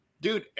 dude